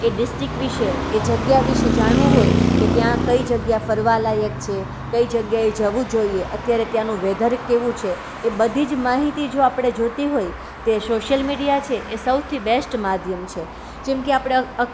એ district વિશે એ જગ્યા વિશે જાણવું હોય તો ત્યાં કઈ જગ્યા ફરવા લાયક છે કઈ જગ્યાએ જવું જોઈએ અત્યારે ત્યાંનું વેધર કેવું છે એ બધી જ માહિતી જો આપણે જોઈતી હોય તે સોશિયલ મીડિયા છે એ સૌથી બેસ્ટ માધ્યમ છે જેમ કે આપણા